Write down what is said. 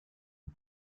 une